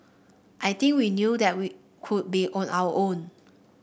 I think we knew that we could be on our own